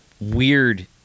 weird